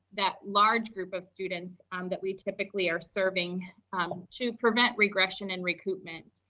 that large group of students um that we typically are serving to prevent regression and recoupment.